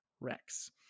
Rex